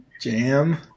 jam